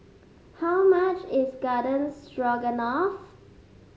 how much is Garden Stroganoff